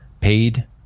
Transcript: paid